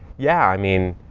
yeah. i mean,